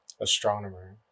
astronomer